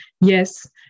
yes